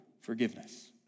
forgiveness